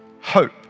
hope